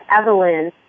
Evelyn